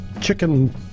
chicken